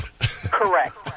Correct